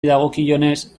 dagokionez